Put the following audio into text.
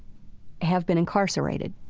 have been incarcerated,